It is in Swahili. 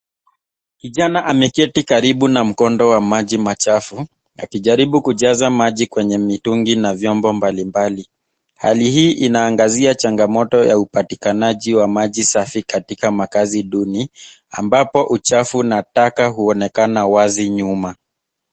Kijana ameketi karibu na mkondo wa maji machafu, akijaribu kujaza maji kwenye mitungi na vyombo mbalimbali. Hali hii inaangazia changamoto ya upatikanaji wa maji safi katika makaazi duni, ambapo uchafu na taka huonekana wazi nyuma.